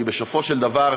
כי בסופו של דבר,